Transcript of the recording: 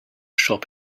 shop